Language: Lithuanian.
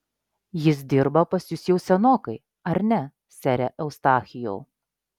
jis dirba pas jus jau senokai ar ne sere eustachijau